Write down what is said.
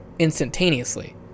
instantaneously